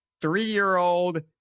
three-year-old